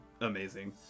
amazing